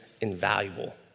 invaluable